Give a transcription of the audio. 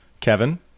Kevin